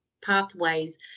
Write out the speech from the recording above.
pathways